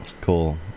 Cool